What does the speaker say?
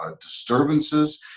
disturbances